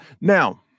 now